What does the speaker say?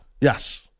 Yes